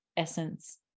essence